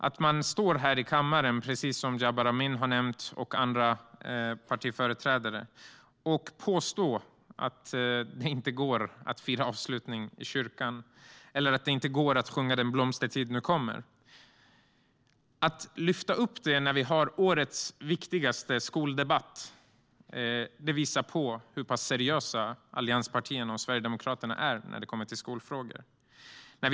Att man under årets viktigaste skoldebatt står här i kammaren och påstår att det inte går att fira avslutning i kyrkan eller att det inte går att sjunga Den blomstertid nu kommer visar hur seriösa allianspartierna och Sverigedemokraterna är i skolfrågor.